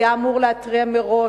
שהיה אמור להתריע מראש,